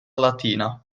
latina